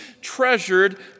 treasured